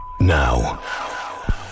now